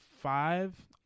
five